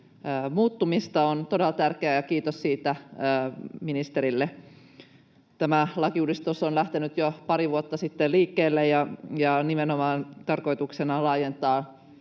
muuttumista on todella tärkeää, ja kiitos siitä ministerille. Tämä lakiuudistus on lähtenyt jo pari vuotta sitten liikkeelle, ja nimenomaan tarkoituksena on laajentaa